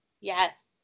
yes